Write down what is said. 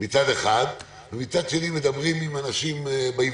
יש דבר אחד שאותו אנשים מפסידים והוא